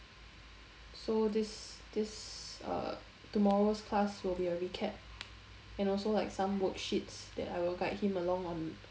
so this this uh tomorrow's class will be a recap and also like some worksheets that I will guide him along on